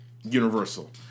universal